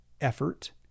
effort